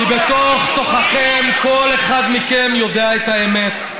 כי בתוך-תוככם כל אחד מכם יודע את האמת,